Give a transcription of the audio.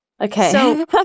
Okay